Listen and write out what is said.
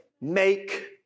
make